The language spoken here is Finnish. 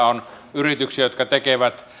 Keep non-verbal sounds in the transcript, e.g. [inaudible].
[unintelligible] on suomalaisia yrityksiä jotka tekevät